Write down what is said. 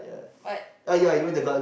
but uh